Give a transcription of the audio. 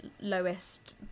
lowest